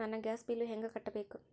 ನನ್ನ gas bill ಹೆಂಗ ಕಟ್ಟಬೇಕು?